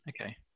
Okay